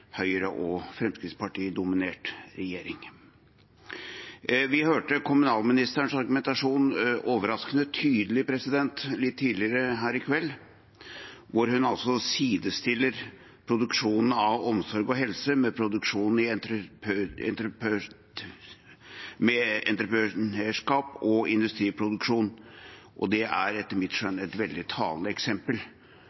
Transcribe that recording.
Høyre- og Fremskrittsparti-dominert regjering. Vi hørte tidligere i kveld kommunalministerens argumentasjon, som var overraskende tydelig. Hun sidestilte produksjonen av omsorg og helse med entreprenørskap og industriproduksjon. Det er etter mitt